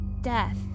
Death